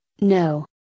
no